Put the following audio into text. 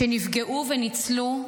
שנפגעו וניצלו,